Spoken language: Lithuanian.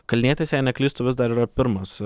kalnietis jei neklystu vis dar yra pirmas